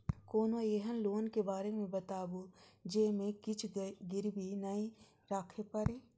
कोनो एहन लोन के बारे मे बताबु जे मे किछ गीरबी नय राखे परे?